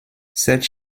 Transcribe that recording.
cette